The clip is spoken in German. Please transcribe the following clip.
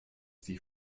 die